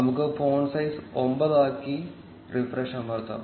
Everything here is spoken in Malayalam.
നമുക്ക് ഫോണ്ട് സൈസ് 9 ആക്കി റിഫ്രഷ് അമർത്താം